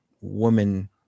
woman